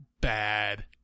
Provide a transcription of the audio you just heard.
bad